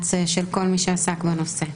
המאמץ של כל מי שעסק בנושא.